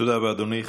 תודה רבה, אדוני.